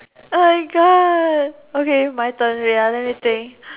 oh my god okay my turn wait ah let me think